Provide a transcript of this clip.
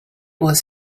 was